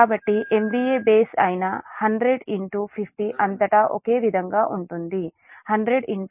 కాబట్టి MVA base అయిన 100 50 అంతటా ఒకే విధంగా ఉంటుంది 100 50123